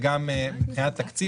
גם מבחינת תקציב,